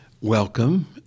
Welcome